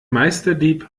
meisterdieb